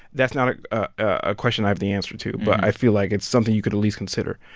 that's not a question i have the answer to, but i feel like it's something you could at least consider.